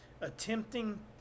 attempting